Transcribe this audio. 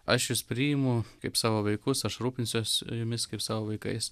aš jus priimu kaip savo vaikus aš rūpinsiuosi jumis kaip savo vaikais